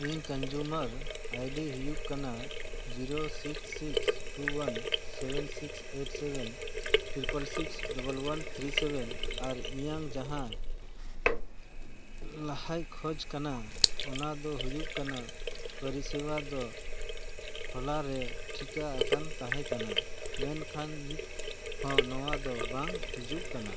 ᱤᱧ consumer ID ᱦᱩᱭᱩᱜ ᱠᱟᱱᱟ zero six six two one seven six eight seven triple six double one three seven ᱟᱨ ᱤᱧᱟᱹᱜ ᱡᱟᱦᱟᱸ ᱞᱟᱦᱟᱭ ᱠᱷᱳᱡᱽ ᱠᱟᱱᱟ ᱚᱱᱟ ᱫᱚ ᱦᱩᱭᱩᱜ ᱠᱟᱱᱟ ᱯᱚᱨᱤᱥᱮᱵᱟ ᱫᱚ ᱦᱚᱞᱟ ᱨᱮ ᱴᱷᱤᱠᱟᱹ ᱟᱠᱟᱱ ᱛᱟᱦᱮᱸ ᱠᱟᱱᱟ ᱢᱮᱱᱠᱷᱟᱱ ᱱᱤᱛ ᱦᱚᱸ ᱱᱚᱣᱟ ᱫᱚ ᱵᱟᱝ ᱦᱤᱡᱩᱜ ᱠᱟᱱᱟ